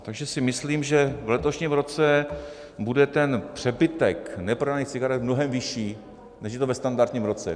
Takže si myslím, že v letošním roce bude ten přebytek neprodaných cigaret mnohem vyšší, než je to ve standardním roce.